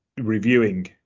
reviewing